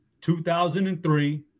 2003